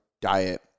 diet